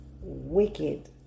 wicked